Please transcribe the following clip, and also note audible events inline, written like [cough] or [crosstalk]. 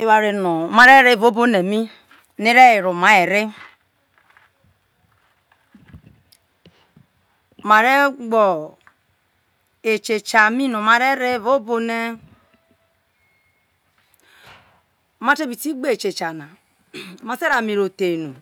Eware no mare re evao ebone mi no ere were oma ere [hesitation] ma re gbo eshesha mi ma te bi ti gbe eshesha na ma te ro ame ro the no